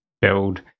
build